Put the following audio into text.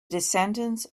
descendants